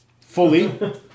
fully